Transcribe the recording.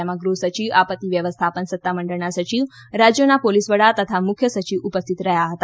તેમાં ગૃહસચિવ આપત્તિ વ્યવસ્થાપન સત્તામંડળના સચિવ રાજ્યોના પોલીસ વડા તથા મુખ્ય સચિવ ઉપસ્થિતિ રહ્યા હતા